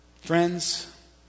Friends